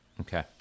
Okay